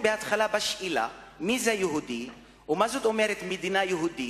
בהתחלה בשאלה מי הוא היהודי ומה זאת אומרת מדינה יהודית.